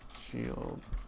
Shield